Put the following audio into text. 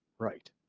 right.